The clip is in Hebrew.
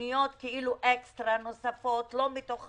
כתוכניות אקסטרה, לא מתוך הקופסה?